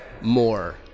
more